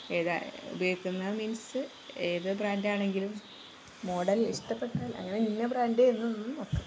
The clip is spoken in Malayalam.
ഏതാണ് ഉപയോഗിക്കുന്നത് മീൻസ് ഏത് ബ്രാൻഡാണെങ്കിലും മോഡൽ ഇഷ്ടപ്പെട്ടാൽ അങ്ങനെ ഇന്ന ബ്രാൻഡ് എന്നൊന്നുമില്ല